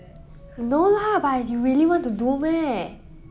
no lah but you really want to do meh